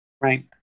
Right